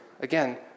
Again